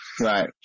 Right